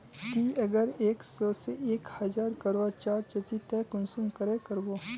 ती अगर एक सो से एक हजार करवा चाँ चची ते कुंसम करे करबो?